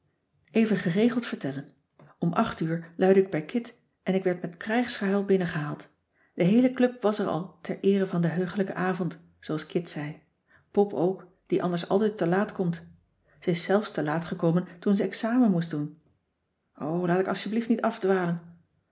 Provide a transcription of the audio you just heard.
even geregeld vertellen om acht uur luidde ik bij kit en ik werd met krijgsgehuil binnengehaald de heele club was er al ter eere van den heugelijken avond zooals kit zei pop ook die anders altijd te laat komt ze is zelfs te laat gekomen toen ze examen moest doen o laat ik asjeblieft niet